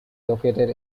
located